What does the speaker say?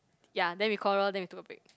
ya then we call lor then we took a break